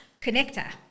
Connector